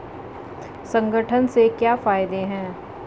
संगठन के क्या फायदें हैं?